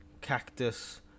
Cactus